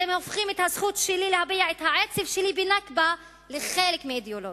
אתם הופכים את הזכות שלי להביע את העצב שלי ב"נכבה" לחלק מהאידיאולוגיה.